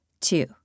two